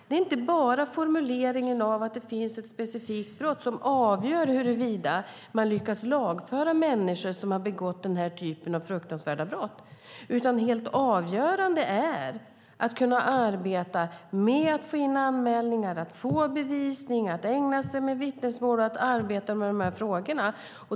Det är inte bara formuleringen av ett specifikt brott som avgör huruvida man lyckas lagföra människor som har begått den här typen av fruktansvärda brott, utan det helt avgörande är att kunna arbeta med att få in anmälningar och få bevisning, att ägna sig åt vittnesmål och arbeta med de här frågorna.